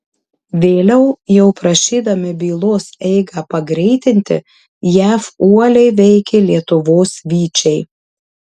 vėliau jau prašydami bylos eigą pagreitinti jav uoliai veikė lietuvos vyčiai